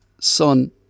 son